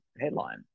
headline